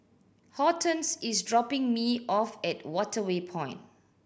Hortense is dropping me off at Waterway Point